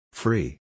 free